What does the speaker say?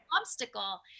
obstacle